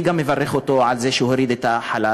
אני מברך אותו גם על זה שהוא הוריד את החלל.